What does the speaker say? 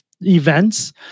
events